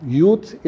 youth